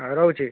ହଉ ରହୁଛି